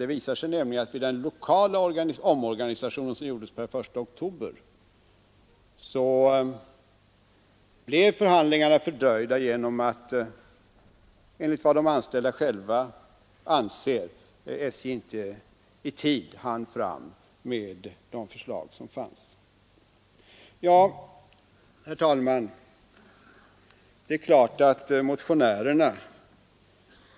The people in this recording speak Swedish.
Det visar sig nämligen att vid den lokala omorganisationen, som gjordes per den 1 oktober, blev förhandlingarna fördröjda genom att, enligt vad de anställda själva anser, SJ inte i tid hann fram med sina förslag i samband med den nya organisationen. Herr talman! Det är klart att motionärerna